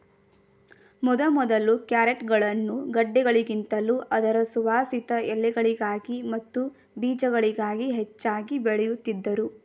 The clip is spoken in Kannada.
ಮೊದಮೊದಲು ಕ್ಯಾರೆಟ್ಗಳನ್ನು ಗೆಡ್ಡೆಗಳಿಗಿಂತಲೂ ಅದರ ಸುವಾಸಿತ ಎಲೆಗಳಿಗಾಗಿ ಮತ್ತು ಬೀಜಗಳಿಗಾಗಿ ಹೆಚ್ಚಾಗಿ ಬೆಳೆಯುತ್ತಿದ್ದರು